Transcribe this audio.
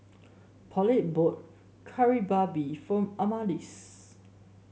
Paulette bought Kari Babi for Adamaris